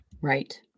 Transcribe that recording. Right